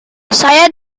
saya